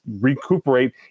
recuperate